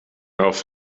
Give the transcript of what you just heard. auf